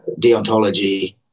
deontology